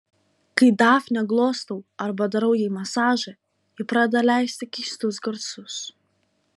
kai dafnę glostau arba darau jai masažą ji pradeda leisti keistus garsus